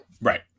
Right